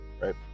right